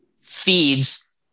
feeds